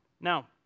Now